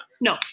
No